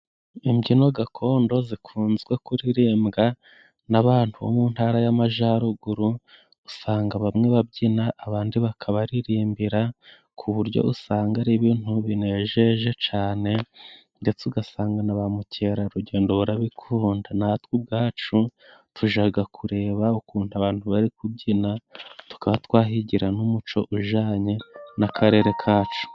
Imbyino gakondo zikunze kuririmbwa n'abantu bo mu ntara y'amajaruguru, usanga bamwe babyina abandi bakabaririmbira ku buryo usanga ari ibintu binejeje cane, ndetse ugasanga na ba mukerarugendo barabikunda natwe ubwacu tujaga kureba ukuntu abantu bari kubyina, tukaba twahigira n'umuco ujanye n'akarere kacu.